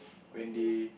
when they